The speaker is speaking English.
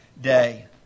day